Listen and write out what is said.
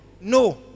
No